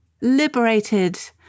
liberated